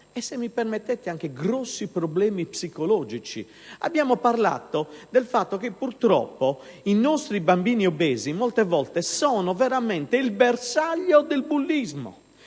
- se mi permettete - anche a grossi problemi psicologici: abbiamo parlato anche del fatto che, purtroppo, i bambini obesi molte volte diventano il bersaglio del bullismo,